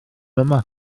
yma